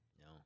No